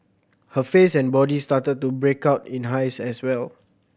her face and body started to break out in hives as well